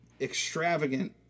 extravagant